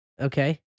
Okay